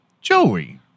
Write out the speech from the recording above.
Joey